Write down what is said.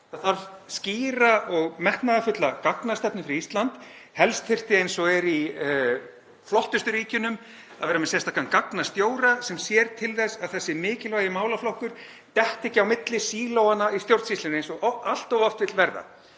Það þarf skýra og metnaðarfulla gagnastefnu fyrir Ísland. Helst þyrfti, eins og er í flottustu ríkjunum, að vera með sérstakan gagnastjóra sem sér til þess að þessi mikilvægi málaflokkur detti ekki á milli sílóanna í stjórnsýslunni, eins og allt of oft vill verða.